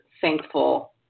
thankful